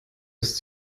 ist